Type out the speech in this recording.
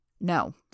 No